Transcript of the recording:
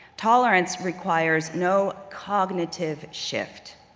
tolerance requires no cognitive shift.